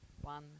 one